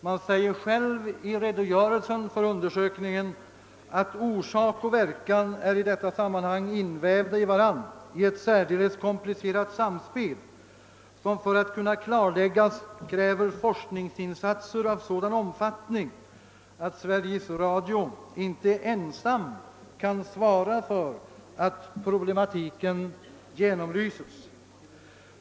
Man säger själv i redogörelsen för undersökningen, att orsak och verkan i detta sammanhang är invävda i varandra i ett särdeles komplicerat samspel, som för att kunna klarläggas kräver forskningsinsatser av sådan omfattning att Sveriges Radio inte ensamt kan svara för att problematiken genomlyses.